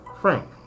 Frank